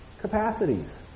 capacities